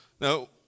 Now